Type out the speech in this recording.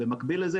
במקביל לזה,